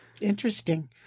Interesting